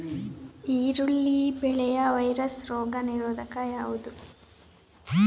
ಈರುಳ್ಳಿ ಬೆಳೆಯ ವೈರಸ್ ರೋಗ ನಿರೋಧಕ ಯಾವುದು?